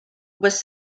was